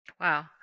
Wow